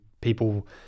people